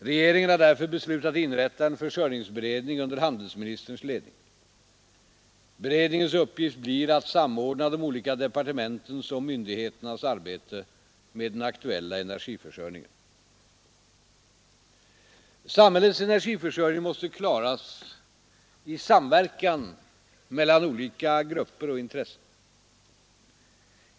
Regeringen har därför beslutat inrätta en försörjningsberedskap under handelsministerns ledning. Beredningens uppgift blir att samordna de olika departementens och myndigheternas arbete med den aktuella energiförsörjningen. Samhällets energiförsörjning måste klaras i samverkan mellan olika grupper och intressen.